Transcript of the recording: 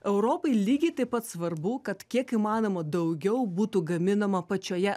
europai lygiai taip pat svarbu kad kiek įmanoma daugiau būtų gaminama pačioje